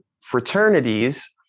fraternities